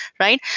right?